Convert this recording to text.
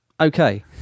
Okay